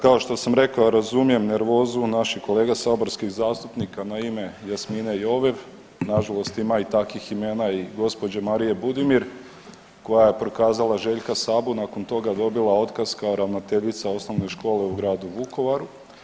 Kao što sam rekao razumijem nervozu naših kolega saborskih zastupnika na ime Jasmine Jovev, nažalost ima i takvih imena i gospođe Marije Budimir koja je prokazala Želja Sabu nakon toga je dobila otkaz kao ravnateljica osnovne škole u gradu Vukovaru.